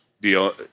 deal